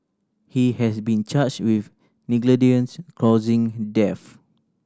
he has been charged with death